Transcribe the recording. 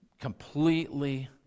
completely